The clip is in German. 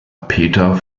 peter